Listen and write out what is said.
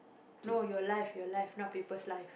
no your life your life not people's life